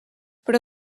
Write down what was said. però